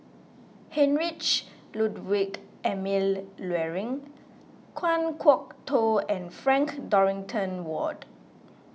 Heinrich Ludwig Emil Luering Kan Kwok Toh and Frank Dorrington Ward